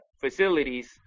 facilities